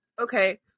Okay